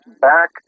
back